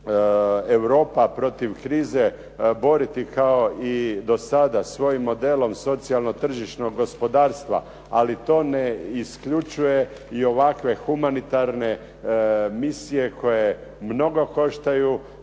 Europa protiv krize boriti kao i do sada svojim modelom socijalno-tržišnog gospodarstva, ali to ne isključuje i ovakve humanitarne misije koje mnogo koštaju